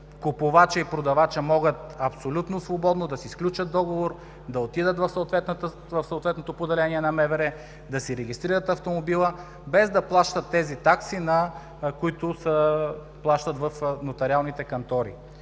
Купувачът и продавачът могат абсолютно свободно да си сключат договор, да отидат в съответното поделение на МВР, да си регистрират автомобила, без да плащат тези такси, които се плащат в нотариалните кантори.